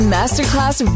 Masterclass